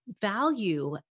value